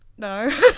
No